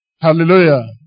Hallelujah